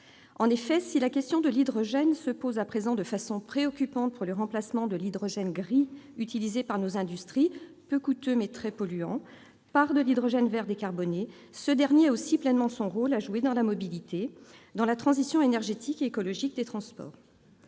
bienvenu. La question de l'hydrogène se pose à présent de manière préoccupante- je pense en particulier au remplacement de l'hydrogène gris utilisé par nos industries, peu coûteux, mais très polluant, par de l'hydrogène vert décarboné. En outre, l'hydrogène a pleinement son rôle à jouer dans la mobilité, dans la transition énergétique et écologique des transports.